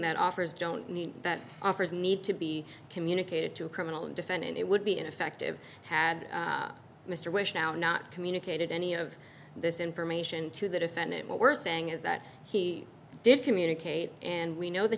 that offers don't mean that offers need to be communicated to a criminal defendant it would be ineffective had mr wish now not communicated any of this information to the defendant what we're saying is that he did communicate and we know that